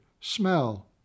smell